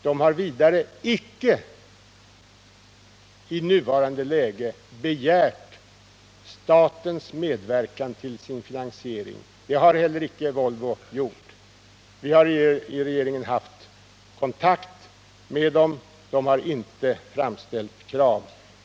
De har vidare i nuvarande läge icke begärt statens medverkan till sin finansiering — det har således icke heller Volvo gjort. Regeringen har haft kontakt med dem, men de har inte framställt några krav.